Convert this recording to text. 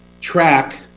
track